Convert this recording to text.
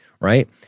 right